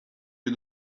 you